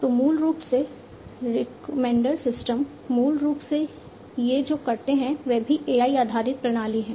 तो मूल रूप से रिकमेंडर सिस्टम मूल रूप से ये जो करते हैं वे भी AI आधारित प्रणाली हैं